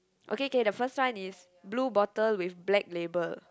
okay okay the first one is blue bottle with black label